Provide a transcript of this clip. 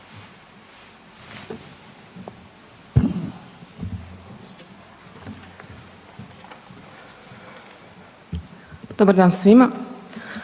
dobar dan svima,